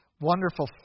wonderful